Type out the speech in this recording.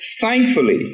Thankfully